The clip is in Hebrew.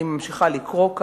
אני ממשיכה לקרוא: